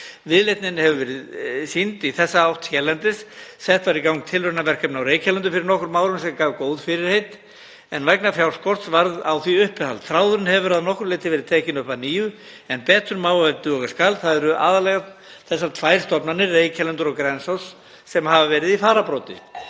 Viðleitni hefur verið sýnd í þessa átt hérlendis. Sett var í gang tilraunaverkefni á Reykjalundi fyrir nokkrum árum sem gaf góð fyrirheit en vegna fjárskorts varð á því uppihald. Þráðurinn hefur að nokkru leyti verið tekinn upp að nýju en betur má ef duga skal. Það eru aðallega tvær stofnanir, Reykjalundur og Grensás, sem hafa verið í fararbroddi.